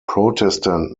protestant